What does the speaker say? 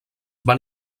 van